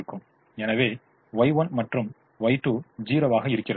எனவே Y1 மற்றும் Y2 0 வாக இருக்கிறது